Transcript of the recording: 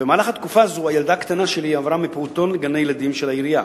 במהלך התקופה הזאת הילדה הקטנה שלי עברה מפעוטון לגני-ילדים של העירייה.